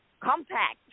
Compact